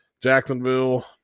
Jacksonville